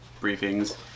briefings